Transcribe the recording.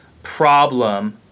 problem